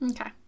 Okay